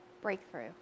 breakthrough